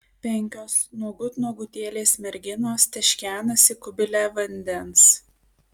penkios nuogut nuogutėlės merginos teškenasi kubile vandens